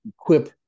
equip